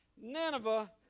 Nineveh